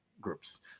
groups